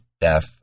death